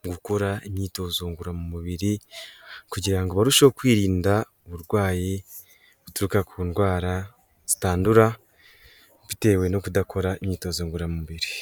mu gukora imyitozo ngororamubiri kugira ngo barusheho kwirinda uburwayi buturuka ku ndwara zitandura bitewe no kudakora imyitozo ngororamubiri.